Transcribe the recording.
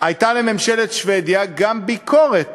הייתה לממשלת שבדיה גם ביקורת